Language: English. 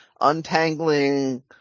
untangling